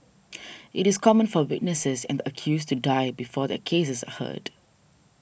it is common for witnesses and accused to die before their cases are heard